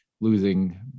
losing